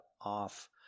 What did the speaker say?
off